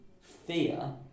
fear